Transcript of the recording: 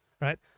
right